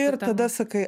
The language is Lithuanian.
ir tada sakai